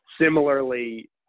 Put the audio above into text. Similarly